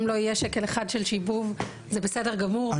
אם לא יהיה שקל אחד של שיבוב זה בסדר גמור,